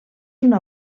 una